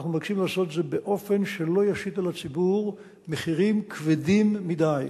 אנחנו מבקשים לעשות את זה באופן שלא ישית על הציבור מחירים כבדים מדי.